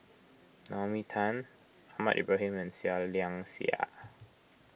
Naomi Tan Ahmad Ibrahim and Seah Liang Seah